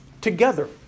Together